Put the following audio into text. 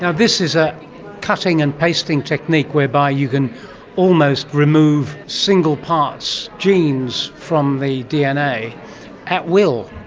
ah this is a cutting and pasting technique whereby you can almost remove single parts, genes from the dna at will.